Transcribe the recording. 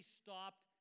stopped